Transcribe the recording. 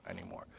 anymore